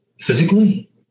physically